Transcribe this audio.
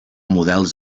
models